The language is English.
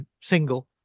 single